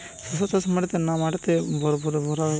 শশা চাষ মাটিতে না মাটির ভুরাতুলে ভেরাতে ভালো হয়?